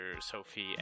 sophie